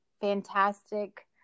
fantastic